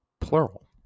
plural